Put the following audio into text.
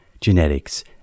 genetics